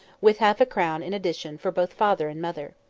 with half-a-crown in addition for both father and mother.